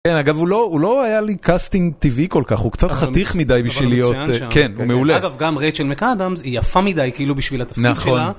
כן, אגב, הוא לא היה לי קאסטינג טבעי כל כך, הוא קצת חתיך מדי בשביל להיות... אבל הוא ציין שם. כן, הוא מעולה. אגב, גם רייצ'ל מקאדמס היא יפה מדי כאילו בשביל התפקיד שלה. נכון.